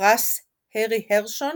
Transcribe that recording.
בפרס הרי הרשון